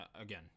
again